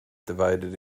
divided